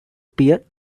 pierre